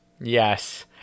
Yes